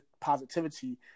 positivity